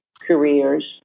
careers